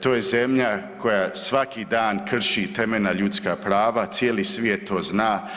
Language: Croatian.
To je zemlja koja svaki dan krši temeljna ljudska prava, cijeli svijet to zna.